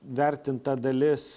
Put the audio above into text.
vertinta dalis